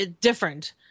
different